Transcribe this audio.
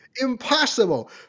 Impossible